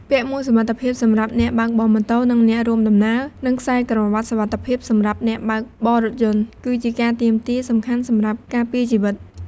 ពាក់មួកសុវត្ថិភាពសម្រាប់អ្នកបើកបរម៉ូតូ និងអ្នករួមដំណើរ និងខ្សែក្រវាត់សុវត្ថិភាពសម្រាប់អ្នកបើកបររថយន្ត គឺជាការទាមទារសំខាន់សម្រាប់ការពារជីវិត។